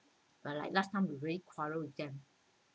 but like last time we're quarrelled with them